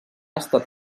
estat